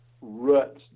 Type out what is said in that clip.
ruts